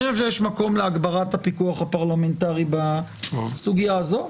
יש מקום להגברת הפיקוח הפרלמנטרי בסוגיה הזו,